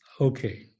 okay